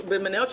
כאלה,